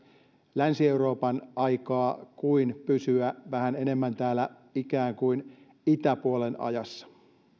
länsi euroopan aikaa kuin pysyä vähän enemmän täällä ikään kuin itäpuolen ajassa